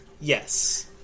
Yes